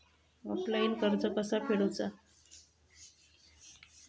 Offline कर्ज कसा फेडूचा?